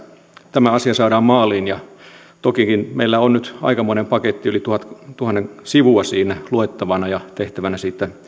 tämä asia saadaan maaliin tokikin meillä on nyt aikamoinen paketti yli tuhannen sivua siinä luettavana ja tehtävänä siitä